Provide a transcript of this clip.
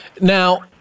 Now